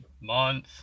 month